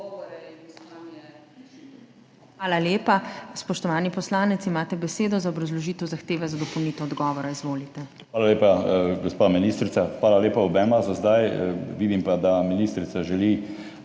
Hvala lepa. Spoštovani poslanec, imate besedo za obrazložitev zahteve za dopolnitev odgovora. Izvolite. **JOŽEF HORVAT (PS NSi):** Hvala lepa, gospa ministrica. Hvala lepa obema za zdaj, vidim pa, da ministrica želi